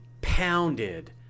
pounded